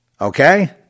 Okay